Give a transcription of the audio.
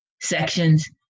sections